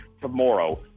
tomorrow